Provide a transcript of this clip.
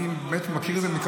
--- אני מכיר את זה מקרוב.